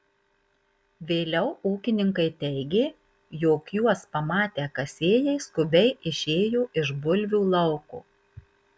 vėliau ūkininkai teigė jog juos pamatę kasėjai skubiai išėjo iš bulvių lauko